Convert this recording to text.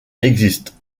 existent